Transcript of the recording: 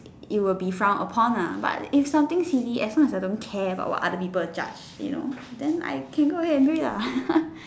you will be frowned upon lah but if some thing silly as long as I don't care about what other people judge you know then I can go ahead and do it lah